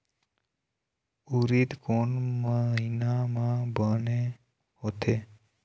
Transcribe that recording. उरीद कोन महीना म बने होथे?